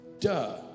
duh